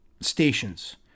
stations